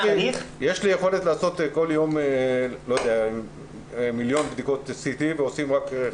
יש לי יכולת לערוך בכל יום מיליון בדיקות CT אך עורכים רק חצי מיליון.